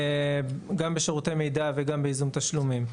גם בשירותי מידע וגם בייזום תשלומים.